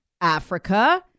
Africa